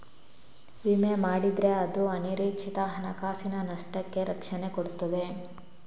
ವಿಮೆ ಮಾಡಿದ್ರೆ ಅದು ಅನಿರೀಕ್ಷಿತ ಹಣಕಾಸಿನ ನಷ್ಟಕ್ಕೆ ರಕ್ಷಣೆ ಕೊಡ್ತದೆ